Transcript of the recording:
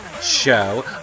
show